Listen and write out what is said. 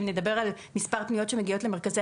אם נדבר על מספר הפניות שמגיעות למרכזי